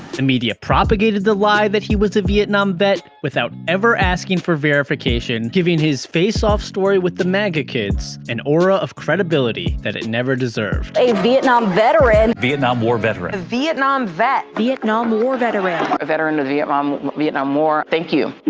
the media propagated the lie that he was a vietnam vet, without ever asking for verification, giving his face-off story with the maga kids an aura of credibility that it never deserved. a vietnam veteran, vietnam war veteran, vietnam vet, vietnam war veteran, a veteran of the vietnam war, thank you.